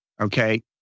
okay